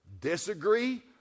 disagree